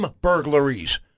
burglaries